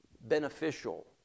beneficial